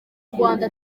rwanda